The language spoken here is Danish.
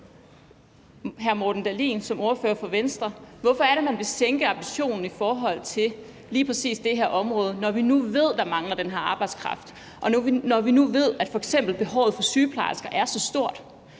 at man vil sænke ambitionen lige præcis på det her område, når vi nu ved, at der mangler den her arbejdskraft, og når vi nu ved, at f.eks. behovet for sygeplejersker er så stort,